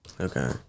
Okay